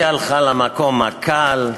היא הלכה למקום הקל,